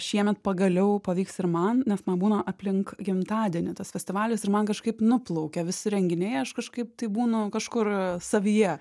šiemet pagaliau pavyks ir man nes man būna aplink gimtadienį tas festivalis ir man kažkaip nuplaukia visi renginiai aš kažkaip tai būnu kažkur savyje